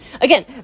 again